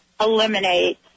eliminate